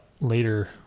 later